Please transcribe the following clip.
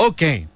Okay